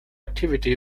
activity